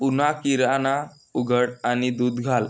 पुन्हा किराणा उघड आणि दूध घाल